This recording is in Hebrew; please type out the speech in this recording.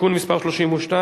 (תיקון מס' 55)